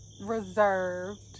reserved